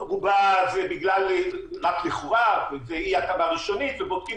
רובה היא רק לכאורה ואי-התאמה ראשונית ובודקים.